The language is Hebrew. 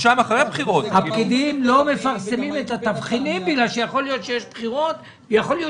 הפקידים לא מפרסמים את התבחינים בגלל שיש בחירות ויכול להיות